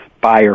buyer